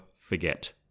forget